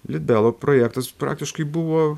litbelo projektas praktiškai buvo